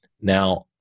now